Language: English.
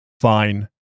Fine